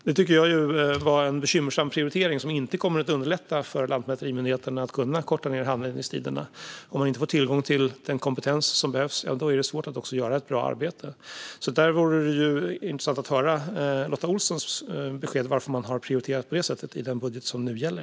Det tycker jag var en bekymmersam prioritering som inte kommer att underlätta för lantmäterimyndigheterna att kunna korta handläggningstiderna. Om man inte får tillgång till den kompetens som behövs är det svårt att göra ett bra arbete. Det vore intressant att höra Lotta Olssons besked om varför man prioriterade som man gjorde i den budget som gäller.